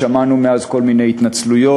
שמענו מאז כל מיני התנצלויות,